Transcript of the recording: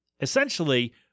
essentially